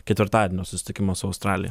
ketvirtadienio susitikimą su australija